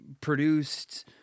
produced